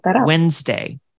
Wednesday